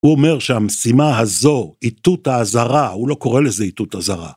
הוא אומר שהמשימה הזו, איתות האזהרה, הוא לא קורא לזה איתות אזהרה.